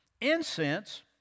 Incense